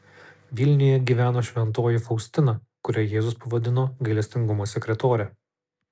vilniuje gyveno šventoji faustina kurią jėzus pavadino gailestingumo sekretore